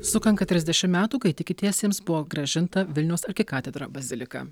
sukanka trisdešimt metų kai tikintiesiems buvo grąžinta vilniaus arkikatedra bazilika